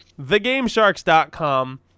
thegamesharks.com